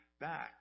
back